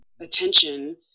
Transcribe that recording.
attention